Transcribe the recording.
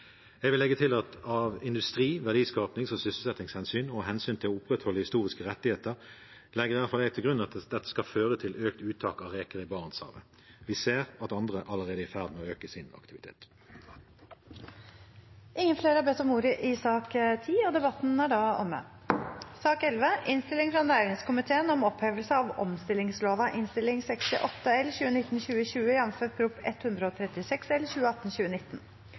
Jeg vil legge til at av industri-, verdiskapings- og sysselsettingshensyn og hensynet til å opprettholde historiske rettigheter legger i hvert fall jeg til grunn at det skal føre til økt uttak av reker i Barentshavet. Vi ser at andre allerede er i ferd med å øke sin aktivitet. Flere har ikke bedt om ordet til sak nr. 10. Etter ønske fra næringskomiteen vil presidenten ordne debatten